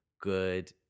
good